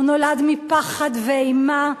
הוא נולד מפחד ואימה.